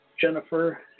Jennifer